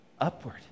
upward